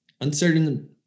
uncertain